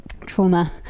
trauma